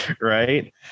right